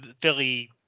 Philly